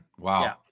Wow